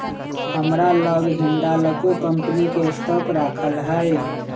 हमरा लग हिंडालको कंपनी के स्टॉक राखल हइ